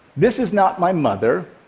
this is not my mother,